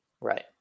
Right